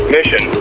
Mission